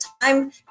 time